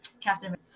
Captain